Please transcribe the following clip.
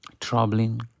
troubling